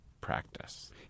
practice